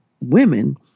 women